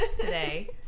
today